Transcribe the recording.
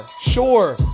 Sure